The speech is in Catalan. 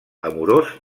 amorós